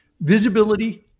visibility